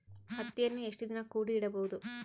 ಹತ್ತಿಯನ್ನು ಎಷ್ಟು ದಿನ ಕೂಡಿ ಇಡಬಹುದು?